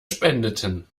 spendeten